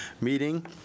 meeting